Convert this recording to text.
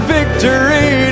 Victory